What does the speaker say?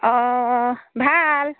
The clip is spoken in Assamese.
অঁ ভাল